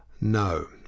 No